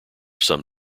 some